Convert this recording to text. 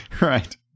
Right